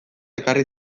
ekarri